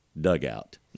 dugout